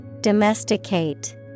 Domesticate